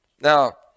Now